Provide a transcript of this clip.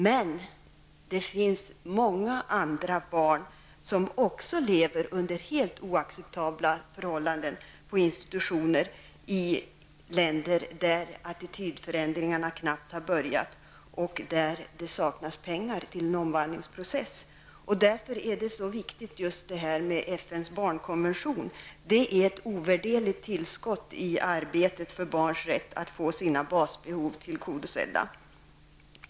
Men det finns också många andra barn som lever under helt oacceptabla förhållanden på institutioner i länder där attitydförändringen knappt har börjat och resurser saknas till en omvandlingsprocess. FNs barnkonvention är ett ovärderligt tillskott i arbetet för barns rätt att få sina basbehov tillgodosedda.